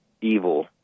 evil